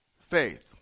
faith